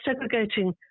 segregating